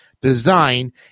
design